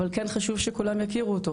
אבל כן חשוב שכולם יכירו אותו,